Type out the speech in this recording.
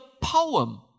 poem